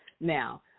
now